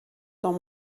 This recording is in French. dans